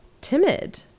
timid